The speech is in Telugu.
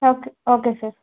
okay okay sir